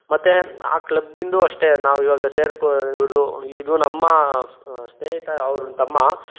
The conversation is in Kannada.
ಮತ್ತೆ ಆ ಕ್ಲಬ್ಬಿನದು ಅಷ್ಟೆ ನಾವಿವಾಗ ಸೇರಿಕೋ ಇವರದು ಇದು ನಮ್ಮ ಸ್ನೇಹಿತ ಅವರ ತಮ್ಮ